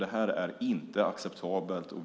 Detta är inte acceptabelt.